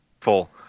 full